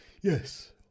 yes